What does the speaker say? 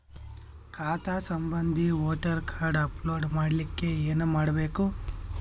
ಖಾತಾ ಸಂಬಂಧಿ voter card upload ಮಾಡಲಿಕ್ಕೆ ಏನ ಮಾಡಬೇಕು?